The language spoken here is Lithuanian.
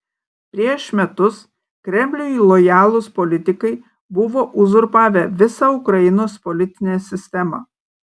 prieš metus kremliui lojalūs politikai buvo uzurpavę visą ukrainos politinę sistemą